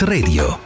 Radio